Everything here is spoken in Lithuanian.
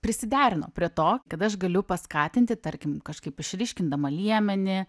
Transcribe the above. prisiderino prie to kada aš galiu paskatinti tarkim kažkaip išryškindama liemenį